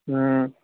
ہوں